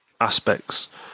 aspects